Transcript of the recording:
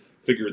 figure